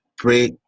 pray